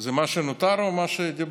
זה מה שנותר או מה שדיברתי?